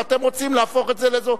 ואתם רוצים להפוך את זה לאזור,